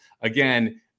again